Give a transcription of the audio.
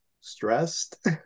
stressed